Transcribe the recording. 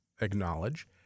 acknowledge